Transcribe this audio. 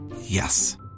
Yes